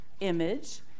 image